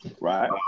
Right